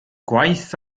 gwaith